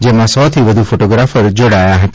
જેમાં સો થી વધુ ફોટોગ્રાફર જોડાયા હતા